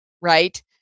right